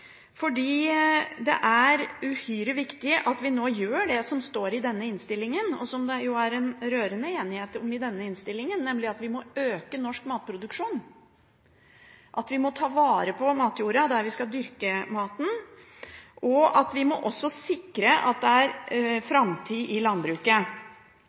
fordi det er uhyre viktig at vi nå gjør det som står i denne innstillingen, og som det er en rørende enighet om i denne innstillingen, nemlig at vi må øke norsk matproduksjon, vi må ta vare på matjorda der vi skal dyrke maten, og vi må også sikre at det er en framtid i landbruket.